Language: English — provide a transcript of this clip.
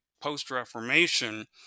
post-Reformation